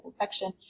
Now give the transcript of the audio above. infection